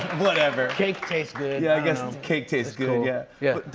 whatever. cake tastes good. yeah, i guess cake tastes good. yeah. yeah.